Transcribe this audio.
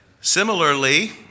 Similarly